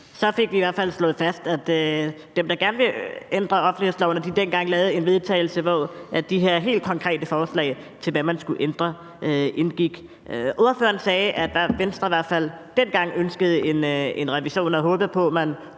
Så fik vi i hvert fald slået fast, at de, der gerne vil ændre offentlighedsloven, dengang lavede et forslag til vedtagelse, hvor de her helt konkrete forslag til, hvad man skulle ændre, indgik. Ordføreren sagde, at Venstre i hvert fald dengang ønskede en revision og håbede på, at man